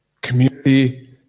community